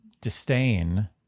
disdain